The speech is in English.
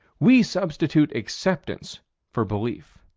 we substitute acceptance for belief.